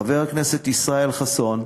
חבר הכנסת ישראל חסון,